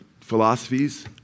philosophies